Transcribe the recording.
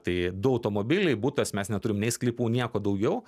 tai du automobiliai butas mes neturim nei sklypų nieko daugiau